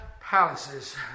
palaces